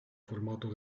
formato